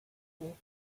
you